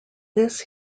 this